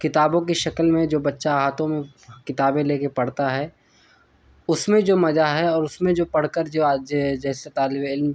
کتابوں کی شکل میں جو بچہ ہاتھوں میں کتابیں لے کے پڑھتا ہے اس میں جو مزہ ہے اور اس میں جو پڑھ کر جیسے طالب علم